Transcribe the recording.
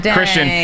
Christian